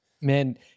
Man